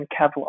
Kevlar